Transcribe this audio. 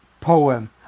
poem